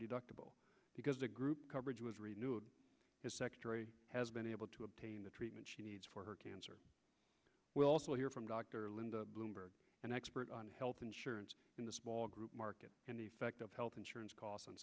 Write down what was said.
deductible because the group coverage was renewed his secretary has been able to obtain the treatment she needs for her cancer we'll also hear from dr linda bloomberg an expert on health insurance in the small group market can effect of health insurance costs